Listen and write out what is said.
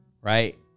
Right